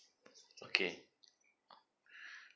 okay